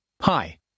Hi